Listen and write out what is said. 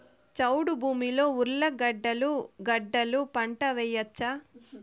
చౌడు భూమిలో ఉర్లగడ్డలు గడ్డలు పంట వేయచ్చా?